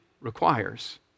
requires